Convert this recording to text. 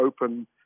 open